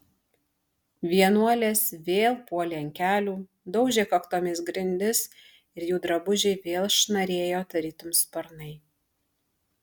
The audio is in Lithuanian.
vienuolės vėl puolė ant kelių daužė kaktomis grindis ir jų drabužiai vėl šnarėjo tarytum sparnai